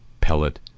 pellet